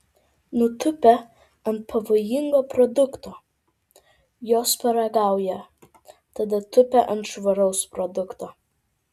nutūpę ant pavojingo produkto jos paragauja tada tupia ant švaraus produkto